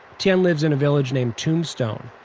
tian lives in a village named tombstone.